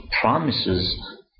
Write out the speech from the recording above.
promises